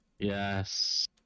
Yes